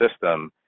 system